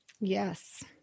Yes